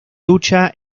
lucha